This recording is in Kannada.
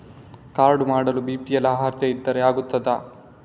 ಕಾರ್ಡು ಮಾಡಲು ಬಿ.ಪಿ.ಎಲ್ ಅರ್ಹತೆ ಇದ್ದರೆ ಆಗುತ್ತದ?